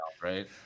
right